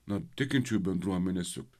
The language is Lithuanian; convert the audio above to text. na tikinčiųjų bendruomenės juk